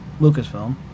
Lucasfilm